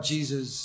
Jesus